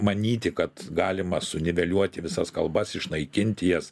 manyti kad galima suniveliuoti visas kalbas išnaikinti jas